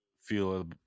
feel